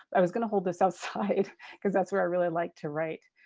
i was gonna hold this outside because that's where i really liked to write